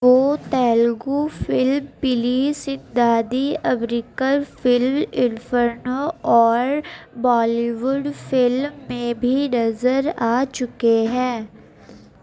وہ Telugu film Pelli Sandadi American film Inferno اور Bollywood film میں بھی نظر آ چکے ہیں